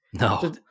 No